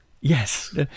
yes